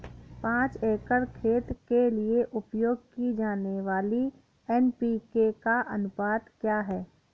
पाँच एकड़ खेत के लिए उपयोग की जाने वाली एन.पी.के का अनुपात क्या है?